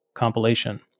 compilation